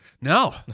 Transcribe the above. No